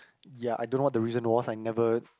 ya I don't know what the reason was I never